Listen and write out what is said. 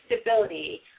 stability